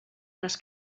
les